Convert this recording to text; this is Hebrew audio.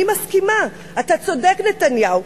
אני מסכימה, אתה צודק, נתניהו,